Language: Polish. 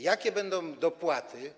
Jakie będą dopłaty?